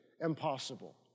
impossible